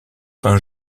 fin